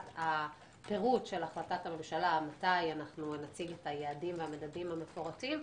הפירוט של החלטת הממשלה מתי אנחנו נציג את היעדים והמדדים המפורטים,